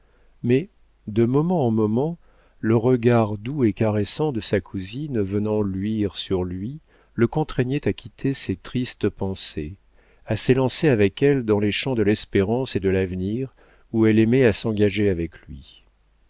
mais de moment en moment le regard doux et caressant de sa cousine venait luire sur lui le contraignait à quitter ses tristes pensées à s'élancer avec elle dans les champs de l'espérance et de l'avenir où elle aimait à s'engager avec lui